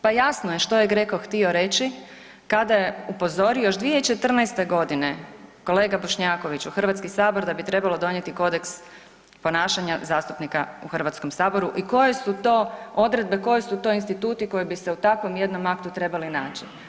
Pa jasno je što je Greco htio reći kada je upozorio još 2014. godine, kolega Bošnjakoviću, Hrvatski sabor da bi trebalo donijeti kodeks ponašanja zastupnika u Hrvatskom saboru i koje su to odredbe, koji su to instituti koji bi se u takvom jednom aktu trebali naći.